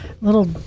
Little